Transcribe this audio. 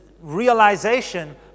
realization